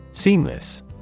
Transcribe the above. Seamless